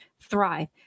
thrive